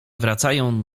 wracają